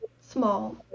small